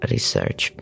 Research